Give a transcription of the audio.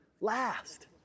last